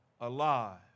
alive